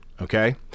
Okay